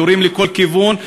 יורים לכל כיוון.